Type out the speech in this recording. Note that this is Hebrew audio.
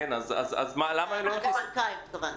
אז למה לא הכניסו אתכם?